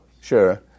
Sure